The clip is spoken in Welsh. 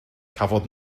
cafodd